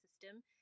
system